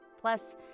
Plus